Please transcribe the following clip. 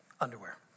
underwear